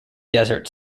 desert